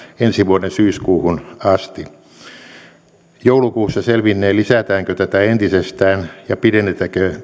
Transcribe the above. ensi vuoden syyskuuhun asti joulukuussa selvinnee lisätäänkö tätä entisestään ja pidennetäänkö